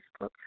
Facebook